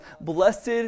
Blessed